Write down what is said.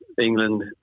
England